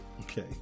okay